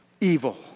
evil